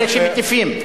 באלה שמטיפים.